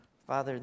Father